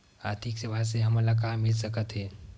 आर्थिक सेवाएं से हमन ला का मिल सकत हे?